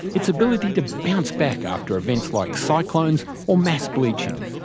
its ability to bounce back after events like cyclones or mass bleaching.